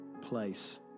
place